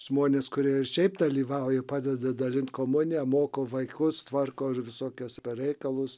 žmonės kurie ir šiaip dalyvauja padeda dalint komuniją moko vaikus tvarko visokius reikalus